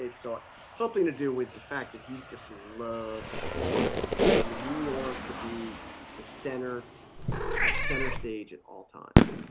it's so something to do with the fact that he just loves the spotlight i mean he wants to be the center at center stage at all times